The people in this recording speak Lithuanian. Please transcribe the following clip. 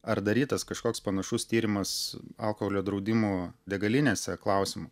ar darytas kažkoks panašus tyrimas alkoholio draudimo degalinėse klausimu